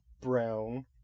brown